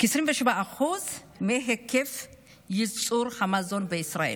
כ-27% מהיקף ייצור המזון בישראל,